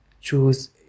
choose